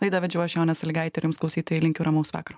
laidą vedžiau aš jonė sąlygaitė ir jums klausytojai linkiu ramaus vakaro